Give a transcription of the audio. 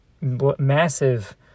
massive